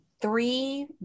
three